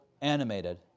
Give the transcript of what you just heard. animated